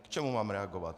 K čemu mám reagovat?